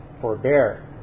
forbear